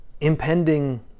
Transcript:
impending